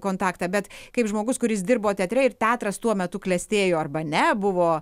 kontaktą bet kaip žmogus kuris dirbo teatre ir teatras tuo metu klestėjo arba ne buvo